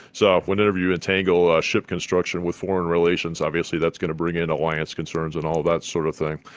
so whenever you entangle ah ship construction with foreign relations, obviously that's going to bring in alliance concerns and all that sort of thing.